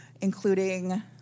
including